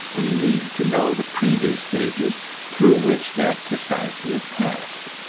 we need to know the previous stages through which that society has passed,